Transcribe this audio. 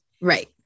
right